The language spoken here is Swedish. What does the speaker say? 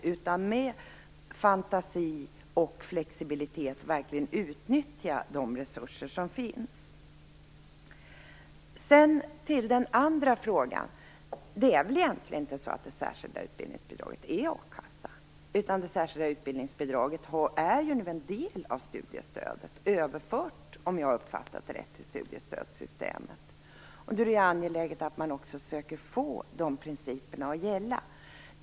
Vi måste i stället med fantasi och flexibilitet verkligen utnyttja de resurser som finns. Sedan till den andra frågan. Det särskilda utbildningsbidraget är väl egentligen inte a-kassa. Det särskilda utbildningsbidraget är ju en del av studiestödet. Det är överfört, om jag har uppfattat det rätt, till studiestödssystemet. Då är det angeläget att man också försöker få de principerna att gälla.